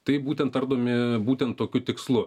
tai būtent ardomi būtent tokiu tikslu